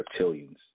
reptilians